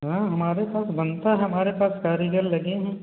हाँ हमारे पास बनता है हमारे पास कारीगर लगे हैं